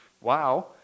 Wow